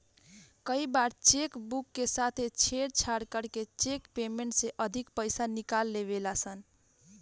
कई बार cheque book के साथे छेड़छाड़ करके चेक पेमेंट से अधिका पईसा निकाल लेवे ला सन